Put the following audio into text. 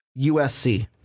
USC